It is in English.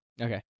Okay